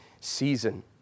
season